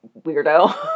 weirdo